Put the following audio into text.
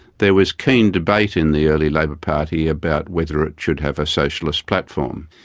there was keen debate in the early labor party about whether it should have a socialist platform.